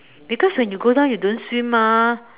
because when you go down you don't swim mah